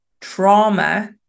trauma